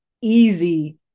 easy